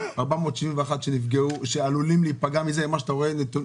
471 שעלולים להיפגע מזה --- לא.